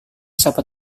sapu